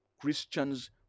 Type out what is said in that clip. christians